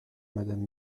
madame